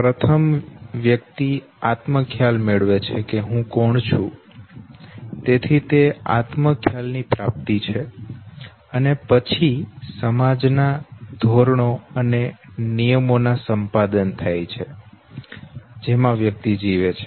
પ્રથમ વ્યક્તિ આત્મ ખ્યાલ મેળવે છે કે હું કોણ છું તેથી તે આત્મ ખ્યાલ ની પ્રાપ્તિ છે અને પછી સમાજનાં ધોરણો અને નિયમોનાં સંપાદન થાય છે જેમાં વ્યક્તિ જીવે છે